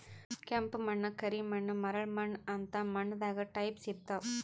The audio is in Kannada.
ಕೆಂಪ್ ಮಣ್ಣ್, ಕರಿ ಮಣ್ಣ್, ಮರಳ್ ಮಣ್ಣ್ ಅಂತ್ ಮಣ್ಣ್ ದಾಗ್ ಟೈಪ್ಸ್ ಇರ್ತವ್